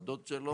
או הדוד שלו.